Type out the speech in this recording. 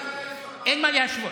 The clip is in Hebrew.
אין מה להשוות.